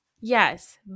Yes